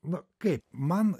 na kaip man